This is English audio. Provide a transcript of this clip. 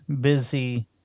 busy